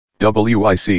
WIC